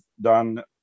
done